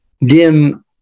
dim